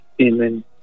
Amen